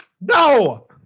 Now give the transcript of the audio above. No